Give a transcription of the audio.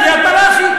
קריית-מלאכי,